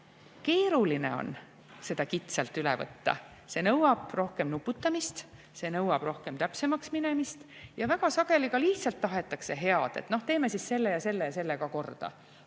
keeruline midagi kitsalt üle võtta, see nõuab rohkem nuputamist, see nõuab rohkem täpsemaks minemist. Ja väga sageli tahetakse lihtsalt head – no teeme siis selle, selle ja selle ka korda.